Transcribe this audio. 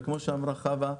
וכמו שאמרה חוה,